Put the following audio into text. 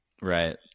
Right